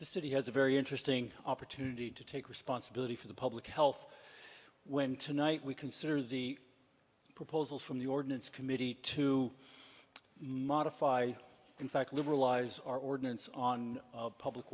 the city has a very interesting opportunity to take responsibility for the public health when tonight we consider the proposals from the ordinance committee to modify in fact liberalize our ordinance on public